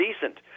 decent